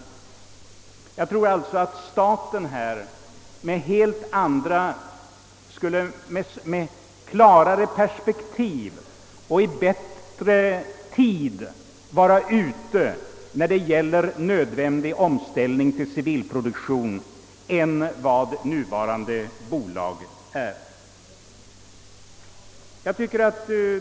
Jag tror alltså att staten kunde handla med klarare perspektiv och i bättre tid i fråga om nödvändig omställning till civilproduktion än de bolag som nu har denna produktion.